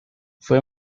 fue